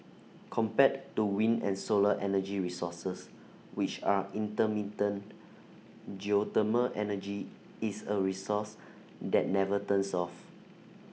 compared to wind and solar energy resources which are intermittent geothermal energy is A resource that never turns off